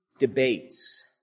debates